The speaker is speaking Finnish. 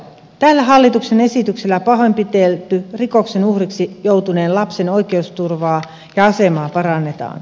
tällä hallituksen esityksellä pahoinpidellyn rikoksen uhriksi joutuneen lapsen oikeusturvaa ja asemaa parannetaan